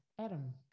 Adam